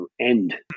end